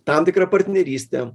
tam tikrą partnerystę